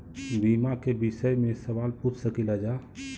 बीमा के विषय मे सवाल पूछ सकीलाजा?